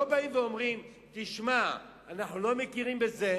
לא באים ואומרים: תשמע, אנחנו לא מכירים בזה,